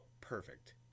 perfect